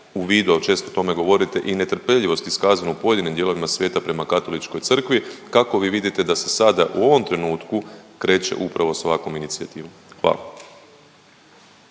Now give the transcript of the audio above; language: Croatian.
u vidu, a često o tome govorite i netrpeljivost iskazanu u pojedinim dijelovima svijeta prema Katoličkoj crkvi, kako bi vidite da se sada u ovom trenutku kreće upravo s ovakvom inicijativom. Hvala.